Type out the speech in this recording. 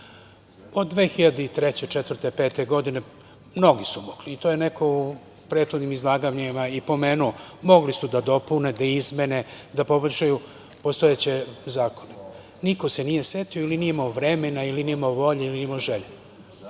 2003, 2004. i 2005. godine mnogi su mogli, i to je neko u prethodnim izlaganjima i pomenuo, mogli su da dopune, da izmene, da poboljšaju postojeće zakone. Niko se nije setio ili nije imao vremena, nije imao volje ili nije imao želje.